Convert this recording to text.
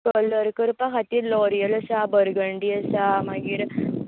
colour करपा खातीर L'Oreal आसा बर्गडी आसा मागीर